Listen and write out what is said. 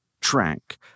track